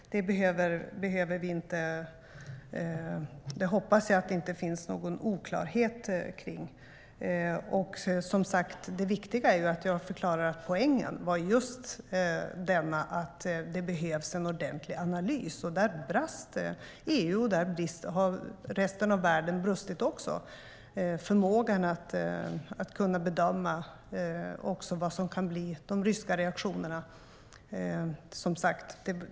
Det hoppas jag att det inte finns någon oklarhet kring. Och, som sagt, det viktiga är att jag förklarar att poängen var just att det behövs en ordentlig analys. Där brast det i EU, och där har resten av världen också brustit. Det handlar om förmågan att bedöma vad som kan bli de ryska reaktionerna, som sagt.